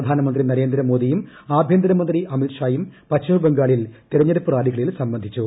പ്രധാനമന്ത്രി നരേന്ദ്ര മോദിയും ആഭ്യന്തരമന്ത്രി അമിത്ഷായും പശ്ചിമബംഗാളിൽ തെരഞ്ഞെടുപ്പ് റാലികളിൽ സംബന്ധിച്ചു